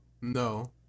no